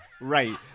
right